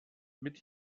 mit